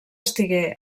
estigué